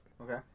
Okay